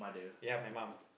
ya my mum